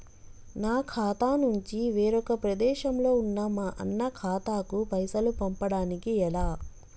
నా ఖాతా నుంచి వేరొక ప్రదేశంలో ఉన్న మా అన్న ఖాతాకు పైసలు పంపడానికి ఎలా?